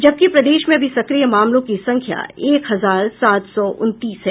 जबकि प्रदेश में अभी सक्रिय मामलों की संख्या एक हजार सात सौ उनतीस है